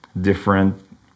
different